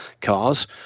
cars